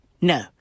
no